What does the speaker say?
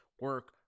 Work